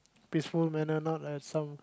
peaceful manner not like some